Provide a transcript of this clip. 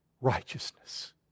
righteousness